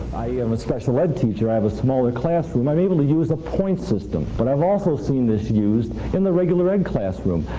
am a special ed teacher. i have a smaller classroom. i'm able to use a point system, but i've also seen this used in the regular ed classroom.